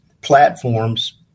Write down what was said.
platforms